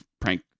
prank